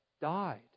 died